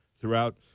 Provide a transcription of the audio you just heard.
throughout